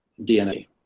DNA